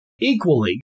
equally